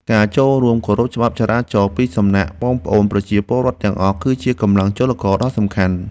ការចូលរួមគោរពច្បាប់ចរាចរណ៍ពីសំណាក់បងប្អូនប្រជាពលរដ្ឋទាំងអស់ គឺជាកម្លាំងចលករដ៏សំខាន់។